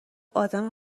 آدم